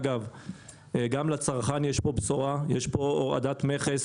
אגב, גם לצרכן יש פה בשורה, יש פה הורדת מכס